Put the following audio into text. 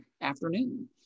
afternoon